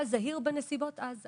היה זהיר בנסיבות אז.